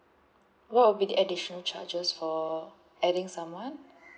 what would be the additional charges for adding someone